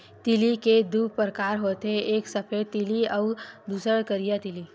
तिली के दू परकार होथे एक सफेद तिली अउ दूसर करिया तिली